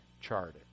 charted